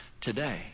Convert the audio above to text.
today